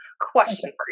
Question